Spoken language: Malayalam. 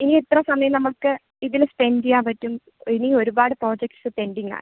ഇനി എത്ര സമയം നമ്മൾക്ക് ഇതിൽ സ്പെൻഡ് ചെയ്യാൻ പറ്റും ഇനിയും ഒരുപാട് പ്രോജക്റ്റ്സ് പെൻഡിംഗ് ആണ്